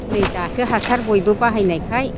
नै दासो बयबो हासार बाहायनायखाय